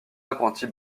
apprentis